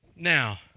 now